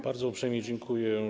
Bardzo uprzejmie dziękuję.